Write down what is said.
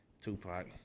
Tupac